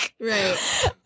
Right